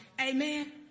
Amen